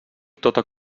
tota